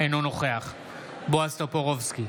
אינו נוכח בועז טופורובסקי,